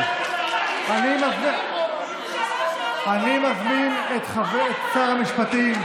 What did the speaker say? אני רק מזכיר לך שלרשותך שלוש דקות.